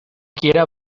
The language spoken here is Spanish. quiera